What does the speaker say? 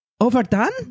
overdone